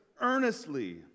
earnestly